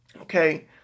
okay